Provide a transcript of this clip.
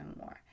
more